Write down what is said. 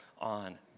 on